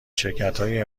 شرکتهای